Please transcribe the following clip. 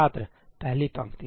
छात्र पहली पंक्ति